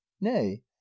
nay